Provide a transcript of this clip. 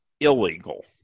illegal